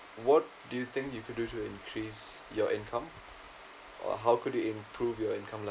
what do you think you could do to increase your income or how could you improve your income lah